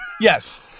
Yes